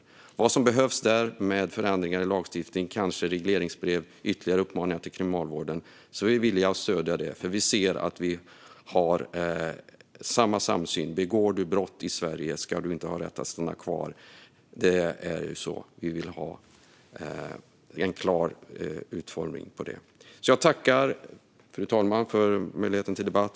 När det gäller det som behövs i fråga om förändringar i lagstiftning, kanske regleringsbrev och ytterligare uppmaningar till kriminalvården, är vi villiga att stödja det. Vi ser nämligen att vi har en samsyn. Begår du brott i Sverige ska du inte ha rätt att stanna kvar här. Vi vill ha en klar utformning i fråga om det. Svar på interpellation Fru talman!